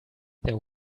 there